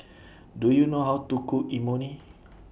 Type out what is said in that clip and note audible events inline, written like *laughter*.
*noise* Do YOU know How to Cook Imoni